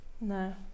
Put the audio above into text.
No